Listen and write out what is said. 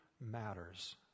matters